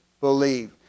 believe